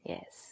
Yes